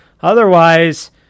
Otherwise